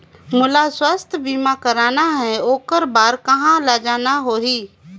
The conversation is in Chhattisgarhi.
मोला स्वास्थ बीमा कराना हे ओकर बार कहा जाना होही?